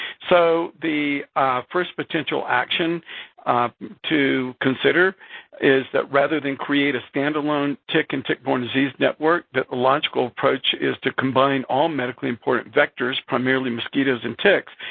so, the first potential action to consider is, that rather than create a stand-alone tick and tick-borne disease network, that a logical approach is to combine all medically important vectors, primarily mosquitoes and tick,